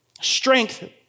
strength